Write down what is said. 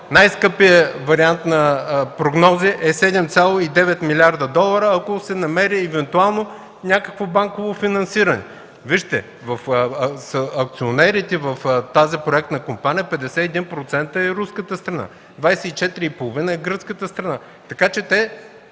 Най-скъпият вариант на прогнози е 7,9 милиарда долара, ако се намери евентуално някакво банково финансиране. От акционерите в тази проектна компания 51% има руската страна, 24,5% е гръцката страна. Така че те